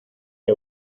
que